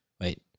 Wait